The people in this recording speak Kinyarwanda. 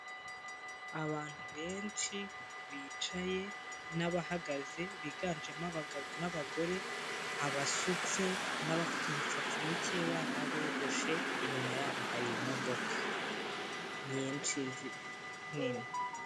Abantu benshi bicaye n'abahagaze, biganjemo abagabo n'abagore, abasutse n'abafite imisatsi mikeya n'abogoshe, inyuma yabo hari imodoka nyinshi nini.